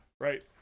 right